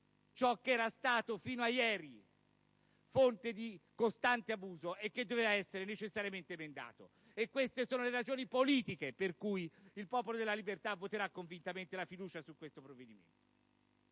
ciò che era stato fino a ieri fonte di costante abuso e che doveva essere necessariamente emendato. Queste sono le ragioni politiche per cui il Popolo della Libertà voterà convintamente la fiducia sul provvedimento